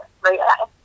Right